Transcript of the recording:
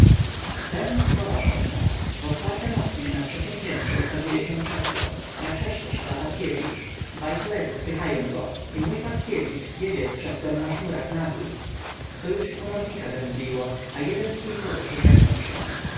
nowa szopka w otwartem oknie na trzeciem piętrze ukazuje się krzesło na krześle siada patkiewicz dwaj koledzy spychają go i mój patkiewicz jedzie z krzesłem na sznurach na dół to już i komornika zemdliło a jeden stójkowy przeżegnał się